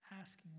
Asking